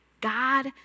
God